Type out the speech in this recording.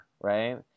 right